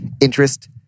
interest